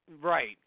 Right